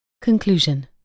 Conclusion